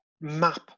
map